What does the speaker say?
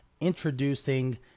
introducing